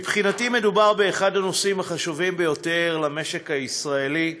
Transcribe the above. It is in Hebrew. מבחינתי מדובר באחד הנושאים החשובים ביותר למשק הישראלי,